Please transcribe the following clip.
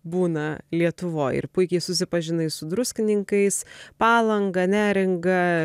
būna lietuvoj ir puikiai susipažinai su druskininkais palanga neringa